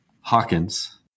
Hawkins